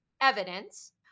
evidence